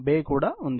బే కూడా ఉంది